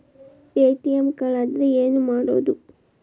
ATM ಕಳದ್ರ ಏನು ಮಾಡೋದು?